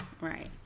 Right